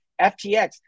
FTX